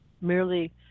merely